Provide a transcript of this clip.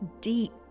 deep